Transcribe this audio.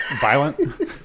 Violent